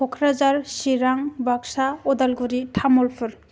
Kokrajhar Chirang Baksa Udalguri Tamulpur